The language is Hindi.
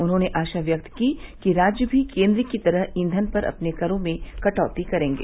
उन्होंने आशा व्यक्त की कि राज्य भी केंद्र की तरह ईंघन पर अपने करों में कटौती करेंगे